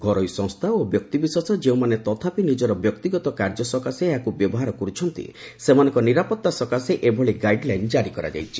ଘରୋଇ ସଂସ୍ଥା ଓ ବ୍ୟକ୍ତିବିଶେଷ ଯେଉଁମାନେ ତଥାପି ନିଜର ବ୍ୟକ୍ତିଗତ କାର୍ଯ୍ୟ ସକାଶେ ଏହାକୁ ବ୍ୟବହାର କରୁଛନ୍ତି ସେମାନଙ୍କ ନିରାପତ୍ତା ସକାଶେ ଏଭଳି ଗାଇଡଲାଇନ୍ ଜାରି କରାଯାଇଛି